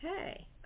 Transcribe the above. Okay